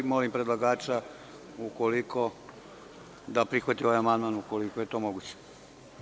Molim predlagača da prihvati ovaj amandman, ukoliko je to moguće.